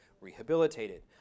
rehabilitated